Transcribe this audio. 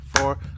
four